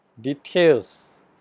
details